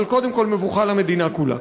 אבל קודם כול מבוכה למדינה כולה.